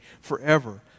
forever